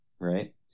Right